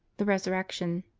the resurrection.